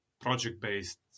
project-based